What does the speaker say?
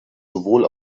sowohl